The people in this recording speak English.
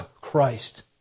Christ